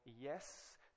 yes